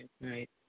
right